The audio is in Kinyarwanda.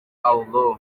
abdou